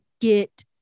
get